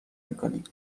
میکنی